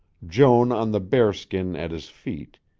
joan on the bearskin at his feet,